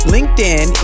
LinkedIn